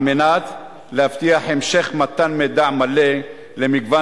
על מנת להבטיח המשך מתן מידע מלא למגוון